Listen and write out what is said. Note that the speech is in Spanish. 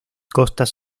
costas